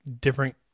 different